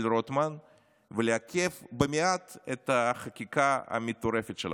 רוטמן ולעכב במעט את החקיקה המטורפת שלכם.